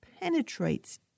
penetrates